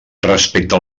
respecte